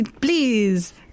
Please